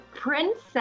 princess